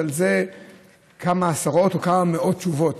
יש על זה כמה עשרות או כמה מאות תשובות,